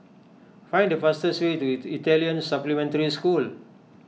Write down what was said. find the fastest way to Italian Supplementary School